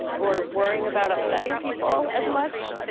or worrying about upsetting people as much.